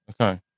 Okay